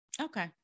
okay